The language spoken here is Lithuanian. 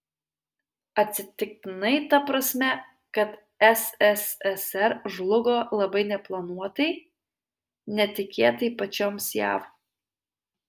atsitiktinai ta prasme kad sssr žlugo labai neplanuotai netikėtai pačioms jav